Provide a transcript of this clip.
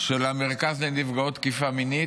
של המרכז לנפגעות תקיפה מינית,